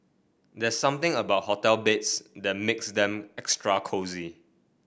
there's something about hotel beds that makes them extra cosy